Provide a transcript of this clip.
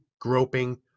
groping